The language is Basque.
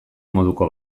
moduko